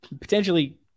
potentially